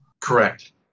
Correct